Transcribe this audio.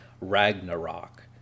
Ragnarok